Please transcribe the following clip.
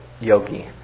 yogi